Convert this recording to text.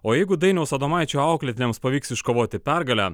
o jeigu dainiaus adomaičio auklėtiniams pavyks iškovoti pergalę